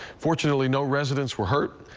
fortunately no residents were hurt.